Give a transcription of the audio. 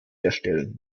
herstellen